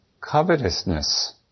Covetousness